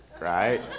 right